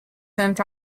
sent